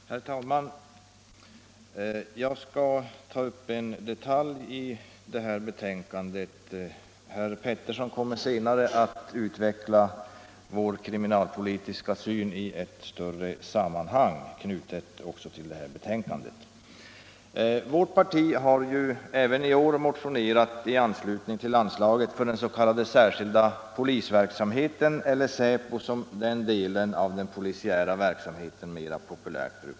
Herr talman! Jag skall ta upp en detalj i betänkandet; herr Pettersson i Västerås kommer senare att utveckla vår kriminalpolitiska syn i ett större sammanhang, knutet till det här betänkandet.